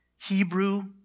Hebrew